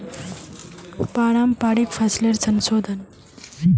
पारंपरिक फसलेर संशोधन